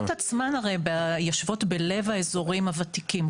התחנות עצמן הרי יושבות בלב האזורים הוותיקים,